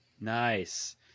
Nice